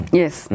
yes